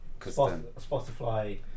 Spotify